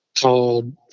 called